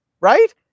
right